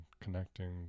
connecting